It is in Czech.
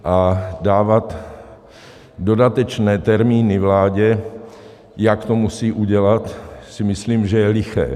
A dávat dodatečné termíny vládě, jak to musí udělat, si myslím, že je liché.